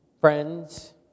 friends